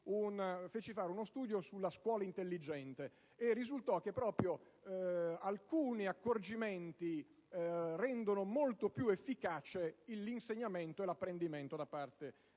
feci fare uno studio sulla scuola intelligente e risultò che alcuni accorgimenti rendono molto più efficace l'insegnamento e l'apprendimento dei bambini.